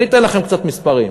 אני אתן לכם קצת מספרים.